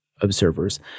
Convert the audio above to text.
observers